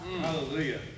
Hallelujah